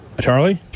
Charlie